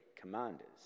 commanders